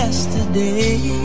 Yesterday